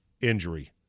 injury